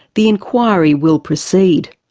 the inquiry will proceed.